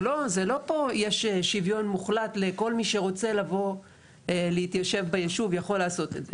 זה לא פה יש שוויון מוחלט לכל מי שרוצה להתיישב בישוב יכול לעשות את זה.